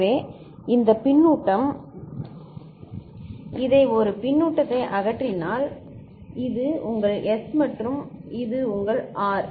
எனவே இந்த பின்னூட்டம் இதை ஒரு பின்னூட்டத்தை அகற்றினால் இது உங்கள் Sமற்றும் இது உங்கள் R